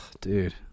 dude